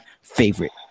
favorite